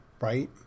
right